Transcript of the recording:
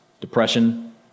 depression